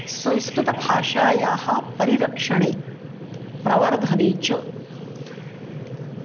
संस्कृतभाषायाः परिरक्षणे प्रवर्धने च